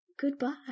goodbye